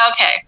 Okay